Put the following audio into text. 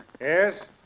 Yes